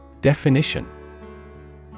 Definition